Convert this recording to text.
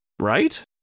Right